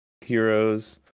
Heroes